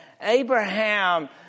Abraham